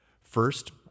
First